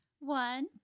One